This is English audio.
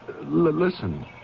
listen